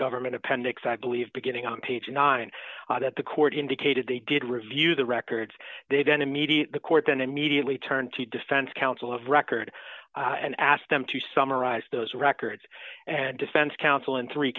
government appendix i believe beginning on page nine that the court indicated they did review the records they then immediately the court then immediately turn to defense counsel of record and ask them to summarize those records and defense